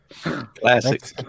Classic